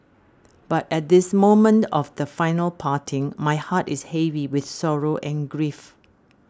but at this moment of the final parting my heart is heavy with sorrow and grief